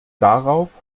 darauf